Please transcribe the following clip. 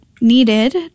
needed